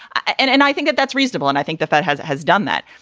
and and i think that that's reasonable. and i think the fed has it has done that.